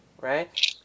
right